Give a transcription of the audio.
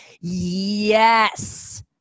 Yes